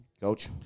Coach